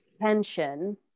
attention